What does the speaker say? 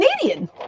Canadian